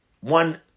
One